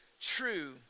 true